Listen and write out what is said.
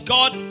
God